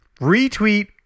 retweet